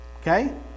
Okay